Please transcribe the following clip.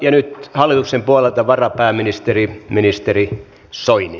ja nyt hallituksen puolelta varapääministeri ministeri soini